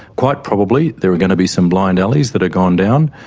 quite probably there are going to be some blind alleys that are gone down,